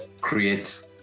create